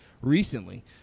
recently